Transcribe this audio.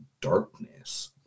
Darkness